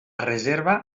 reserva